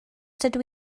dydw